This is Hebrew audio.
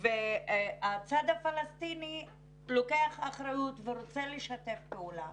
והצד הפלסטיני לוקח אחריות ורוצה לשתף פעולה